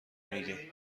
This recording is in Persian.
میگی